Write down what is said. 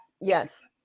Yes